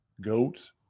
goats